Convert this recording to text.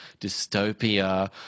dystopia